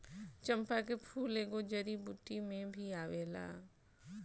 चंपा के फूल एगो जड़ी बूटी में भी आवेला